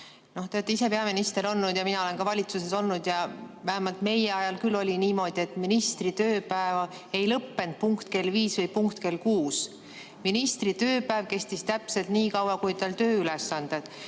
Te olete ise peaminister olnud ja mina olen ka valitsuses olnud ja vähemalt meie ajal küll oli niimoodi, et ministri tööpäevad ei lõppenud punkt kell viis või punkt kell kuus. Ministri tööpäev kestis täpselt nii kaua, kui tal olid tööülesanded.